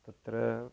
तत्र